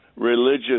Religious